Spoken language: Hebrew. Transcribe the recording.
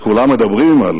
וכולם מדברים על